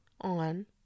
on